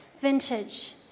vintage